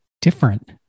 different